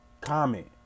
Comment